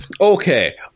Okay